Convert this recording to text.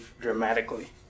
dramatically